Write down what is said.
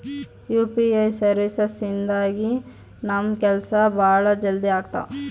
UPI services ಇಂದಾಗಿ ನಮ್ ಕೆಲ್ಸ ಭಾಳ ಜಲ್ದಿ ಅಗ್ತವ